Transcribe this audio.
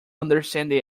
understanding